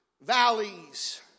Valleys